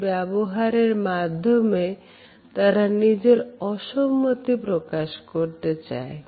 এই ব্যবহারের মাধ্যমে তারা নিজের অসম্মতি প্রকাশ করতে চায়